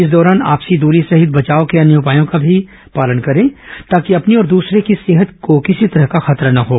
इस दौरान आपसी दूरी सहित बचाव के अन्य उपायों का भी पालन करें ताकि अपनी और द्सरी की सेहत को किसी तरह का खतरा न हों